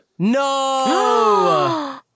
No